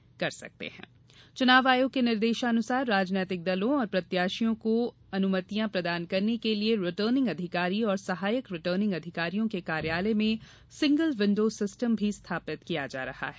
आधिकारिक जानकारी के अनुसार चुनाव आयोग के निर्देशानुसार राजनैतिक दलों एवं प्रत्याशियों को अनुमतियां प्रदान करने के लिए रिटर्निंग अधिकारी और सहायक रिटर्निंग अधिकारियों के कार्यालय में सिंगल विंडो सिस्टम भी स्थापित किया जा रहा है